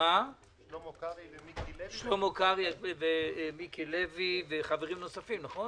שלמה קרעי, מיקי לוי וחברים נוספים, נכון?